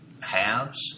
halves